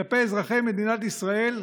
כלפי אזרחי מדינת ישראל.